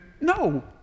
No